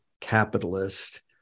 capitalist